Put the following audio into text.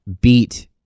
beat